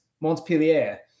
Montpellier